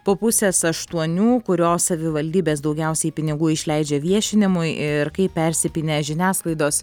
po pusės aštuonių kurios savivaldybės daugiausiai pinigų išleidžia viešinimui ir kaip persipynę žiniasklaidos